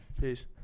peace